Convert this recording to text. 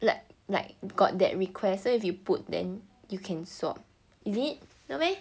like like got that request so if you put then you can swap is it no meh